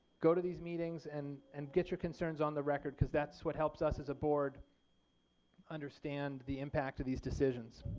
go to these meetings and and get your concerns on the record because that's what helps us as the board understand the impact of these decisions.